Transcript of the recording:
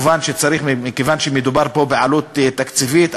מכיוון שמדובר פה בעלות תקציבית,